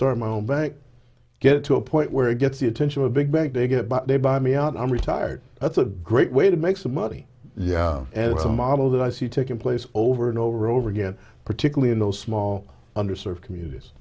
start my own bank get to a point where it gets the attention of a big bank to get by they buy me out i'm retired that's a great way to make some money yeah and it's a model that i see taking place over and over and over again particularly in those small under served communities